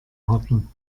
hocken